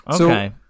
Okay